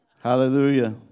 hallelujah